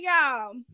y'all